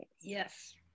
yes